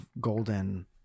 golden